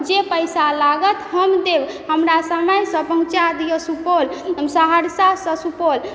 जे पैसा लागत हम देब हमरा समयसँ पहुँचा दिअ सुपौल सहरसासँ सुपौल